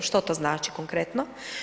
Što to znači konkretno?